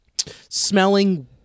smelling